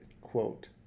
quote